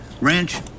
Wrench